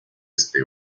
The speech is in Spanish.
este